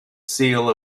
seal